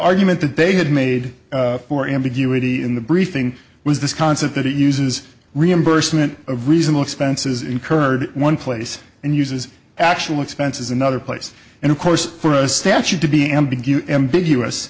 argument that they had made for ambiguity in the briefing was this concept that it uses reimbursement a reasonable expenses incurred one place and uses actual expenses another place and of course for a statute to be ambiguous ambiguous